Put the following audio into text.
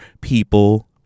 people